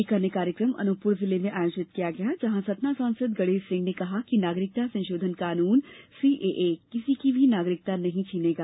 एक अन्य कार्यक्रम अनूपपुर जिले में आयोजित किया गया जहां सतना सांसद गणेष सिंह ने कहा कि नागरिकता संशोधन कानून सीएए किसी की भी नागरिकता नहीं छीनेगा